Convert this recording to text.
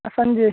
ಸಂಜೆ